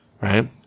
right